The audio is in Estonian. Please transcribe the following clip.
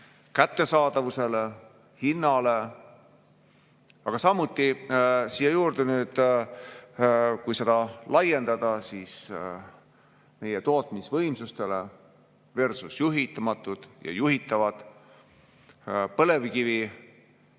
kättesaadavusele, hinnale, aga samuti, siia juurde nüüd, kui seda laiendada, siis meie tootmisvõimsusteleversusjuhitamatud ja juhitavad, põlevkivikatlad,